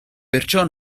perciò